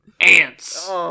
Ants